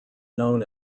known